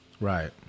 right